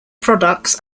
products